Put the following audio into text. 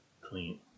clean